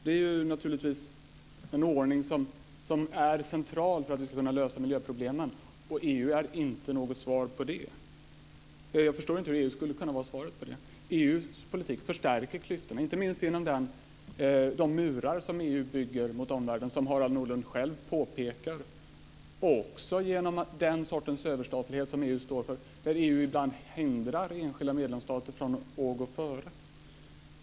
Detta är naturligtvis en ordning som är central för att vi ska kunna lösa miljöproblemen, och EU är inte något svar. Jag förstår inte hur EU skulle kunna vara svaret på det. EU:s politik förstärker klyftorna, inte minst genom de murar som EU bygger mot omvärlden, vilket Harald Nordlund själv påpekar, och också genom den sortens överstatlighet som EU står för där EU ibland hindrar enskilda medlemsstater att gå före.